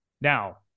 Now